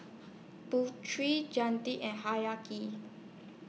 Putri and Hayati